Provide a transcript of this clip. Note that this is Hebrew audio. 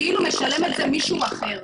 כאילו משלם את זה מישהו אחר.